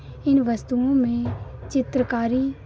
इन वस्तुओं में चित्रकारी